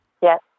Yes